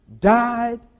died